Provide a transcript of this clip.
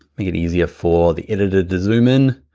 make it easier for the editor to zoom in,